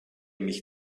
mich